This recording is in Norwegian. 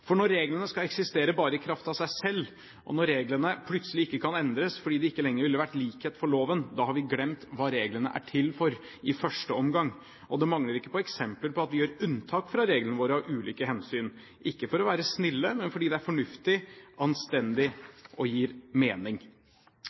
Når reglene skal eksistere bare i kraft av seg selv, og når reglene plutselig ikke kan endres fordi det ikke lenger ville vært likhet for loven, har vi glemt hva reglene er til for i første omgang. Det mangler ikke på eksempler på at vi gjør unntak fra reglene våre av ulike hensyn – ikke for å være snille, men fordi det er fornuftig, anstendig og gir mening.